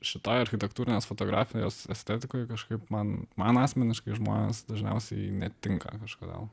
šitai architektūrinės fotografijos estetikai kažkaip man man asmeniškai žmonės dažniausiai netinka kažkodėl